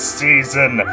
season